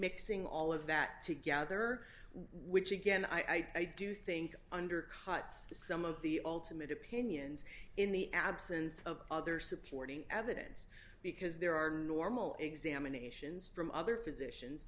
mixing all of that together which again i do think undercuts some of the ultimate opinions in the absence of other supporting evidence because there are normal examinations from other physicians